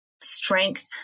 strength